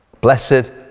Blessed